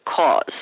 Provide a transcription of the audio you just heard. cause